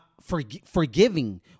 forgiving